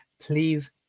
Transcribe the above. Please